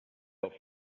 auf